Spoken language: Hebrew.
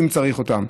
אם צריך אותם.